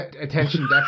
attention